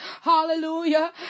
Hallelujah